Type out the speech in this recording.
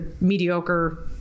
mediocre